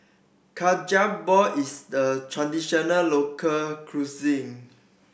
ball is a traditional local cuisine